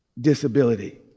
Disability